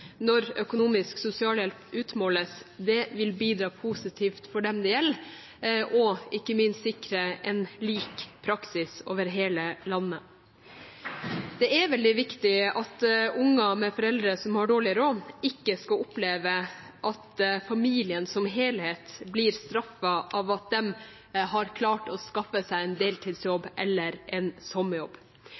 minst sikre en lik praksis over hele landet. Det er veldig viktig at barn med foreldre som har dårlig råd, ikke skal oppleve at familien som helhet blir straffet for at de har klart å skaffe seg en deltidsjobb eller en